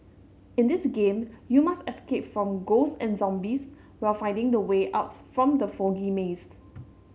in this game you must escape from ghost and zombies while finding the way out from the foggy mazed